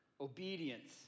obedience